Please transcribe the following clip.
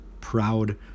proud